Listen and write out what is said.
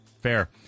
fair